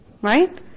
right